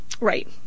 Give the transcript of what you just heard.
Right